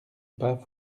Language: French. pas